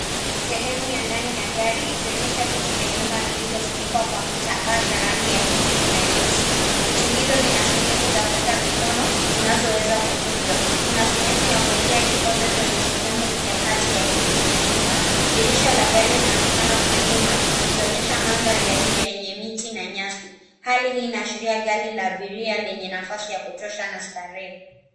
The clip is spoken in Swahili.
Sehemu ya ndani ya gari ikionyesha viti vya nyuma vilivyofunikwa kwa kitambaa cha rangi ya kijivu na nyeusi Viti hivyo vina sehemu za kuweka mikono zinazoweza kukunjwa. Kuna sehemu ya kuwekea kikombe kwenye sehemu ya kati ya kiti cha nyuma. Dirisha la gari linaonekana kwa nyuma likionyesha mandhari ya nje yenye miti na nyasi. Hali hii inaashiria gari la abiria lenye nafasi ya kutosha na starehe.